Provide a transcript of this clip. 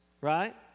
Right